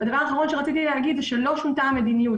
הדבר האחרון שרציתי לומר הוא שלא שונתה המדיניות.